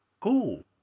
cool